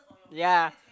ya